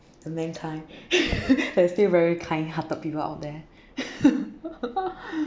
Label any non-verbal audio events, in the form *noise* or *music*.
the mankind *laughs* there are still very kind hearted people out there *laughs*